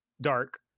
dark